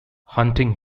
hunting